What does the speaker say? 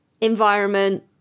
environment